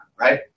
right